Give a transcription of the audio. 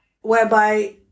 whereby